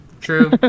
true